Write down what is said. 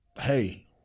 Hey